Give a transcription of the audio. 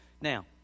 Now